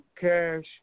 cash